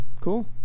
Cool